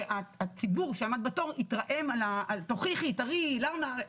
שהציבור שעמד בתור התרעם על תוכיחי, תראי, למה?